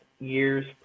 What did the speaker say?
year's